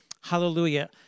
Hallelujah